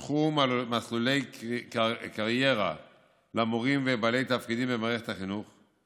יפותחו מסלולי קריירה למורים ולבעלי תפקידים במערכת החינוך,